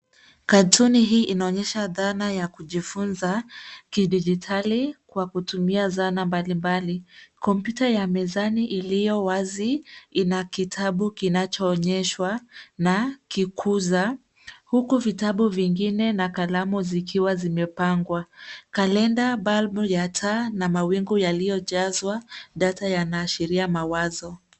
Katuni hii inaonyesha dhana ya kujifunza kidijtali kwa kutumia zana mbalimbali. Kompyuta ya mezani iliyo wazi ina kitabu kinachoonyeshwa na kikuza, huku vitabu vingine na kalamu zikiwa zimepangwa. Kalenda, balbu ya taa na mawingu yaliyojazwa data yanaashiria mawazo.